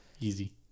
easy